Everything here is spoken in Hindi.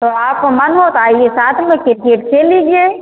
तो आपका मन हो तो आइए साथ में किरकेट खेल लीजिए